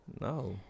no